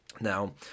Now